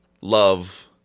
love